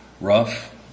rough